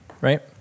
right